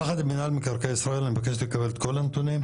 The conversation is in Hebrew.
יחד עם מנהל מקרקעי ישראל אני מבקש לקבל את כל הנתונים,